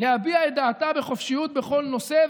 להביע את דעתה בחופשיות בכל נושא,